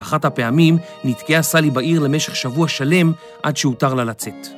אחת הפעמים נתקעה סלי בעיר למשך שבוע שלם עד שהותר לה לצאת.